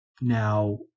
Now